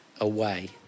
away